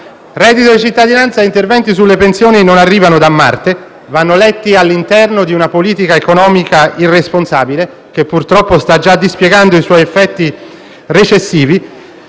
Reddito di cittadinanza e interventi sulle pensioni non arrivano da Marte: vanno letti all'interno di una politica economica irresponsabile, che purtroppo sta già dispiegando i suoi effetti recessivi